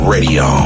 Radio